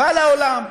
בא לעולם.